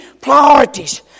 Priorities